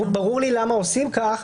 ברור לי למה עושים כך.